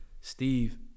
Steve